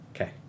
Okay